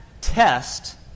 test